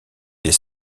des